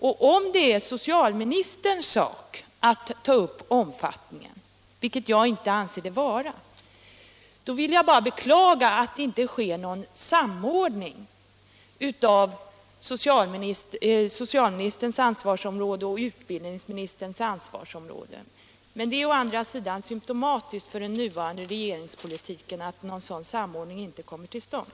Och om det är socialministerns sak att ta upp omfattningen — vilket jag inte anser det vara — vill jag bara beklaga att det inte sker någon samordning av socialministerns och utbildningsministerns ansvarsområden. Men det är å andra sidan symtomatiskt för den nuvarande regeringspolitiken att någon. sådan samordning inte kommer till stånd.